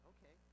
Okay